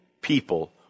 people